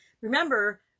Remember